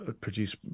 produce